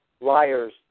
liars